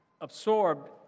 absorbed